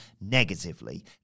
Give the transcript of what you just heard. negatively